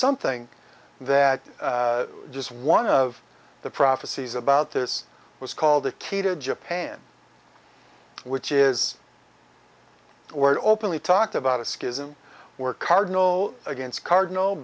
something that just one of the prophecies about this was called a key to japan which is the word openly talked about a schism were cardinal against cardinal